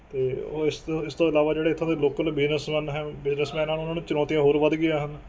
ਅਤੇ ਉਹ ਇਸ ਤੋਂ ਇਸ ਤੋਂ ਇਲਾਵਾ ਜਿਹੜੇ ਇੱਥੋਂ ਦੇ ਲੋਕਲ ਬਿਜਨਸਮੈਨ ਹੈ ਬਿਜਨਸਮੈਨ ਹਨ ਉਹਨਾਂ ਨੂੰ ਚੁਣੌਤੀਆਂ ਹੋਰ ਵੱਧ ਗਈਆਂ ਹਨ